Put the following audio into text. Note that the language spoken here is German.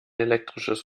elektrisches